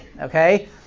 okay